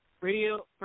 Radio